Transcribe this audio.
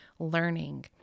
learning